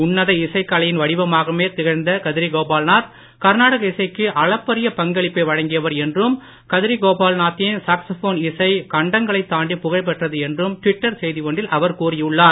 உன்னத இசைக் கலையின் வடிவமாகவே திகழ்ந்த கதிரி கோபால்நாத் கர்நாடக இசைக்கு அளப்பரிய பங்களிப்பை வழங்கியவர் என்றும் கதிரி கோபால்நாத் தின் சாக்ஸஃபோன் இசை கண்டங்களைத் தாண்டி புகழ்பெற்றது என்றும் ட்விட்டர் செய்தி ஒன்றில் அவர் கூறியுள்ளார்